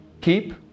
keep